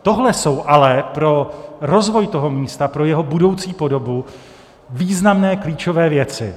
Tohle jsou ale pro rozvoj toho místa, pro jeho budoucí podobu, významné klíčové věci.